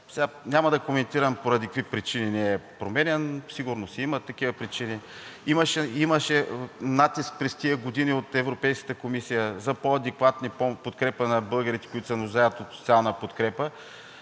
Няма да коментирам поради какви причини не е променян и сигурно си има такива причини. През тези години имаше натиск от Европейската комисия за по-адекватна подкрепа на българите, които се нуждаят от социална подкрепа.